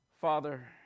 Father